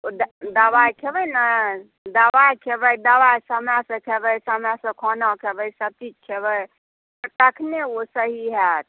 ओ दवाइ खैबैने दवाइ खेबै दवाइ सभ समयसँ खेबै समयसँ खाना खेबै सभ चीज खेबै तऽ तखने ओ सही होयत